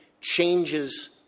changes